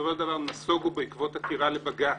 בסופו של דבר נסוגו בעקבות עתירה לבג"ץ,